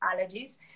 allergies